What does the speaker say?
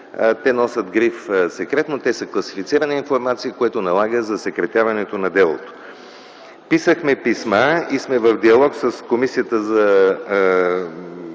те носят гриф „Секретно”, те са класифицирана информация, което налага засекретяването на делото. Писахме писма и сме в диалог с Държавната